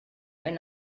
and